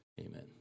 amen